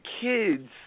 kids